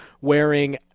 wearing